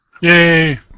Yay